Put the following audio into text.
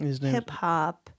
Hip-hop